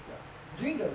ya during the